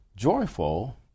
joyful